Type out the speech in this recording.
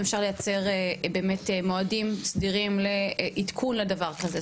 אפשר לייצר באמת מועדים סדירים לעדכון לדבר כזה?